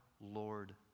Lord